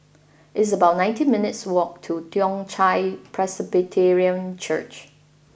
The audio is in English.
it's about nineteen minutes' walk to Toong Chai Presbyterian Church